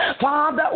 Father